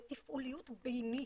תפעוליות ביינית,